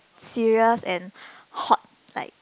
serious and hot like